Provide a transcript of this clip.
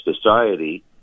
society